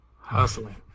hustling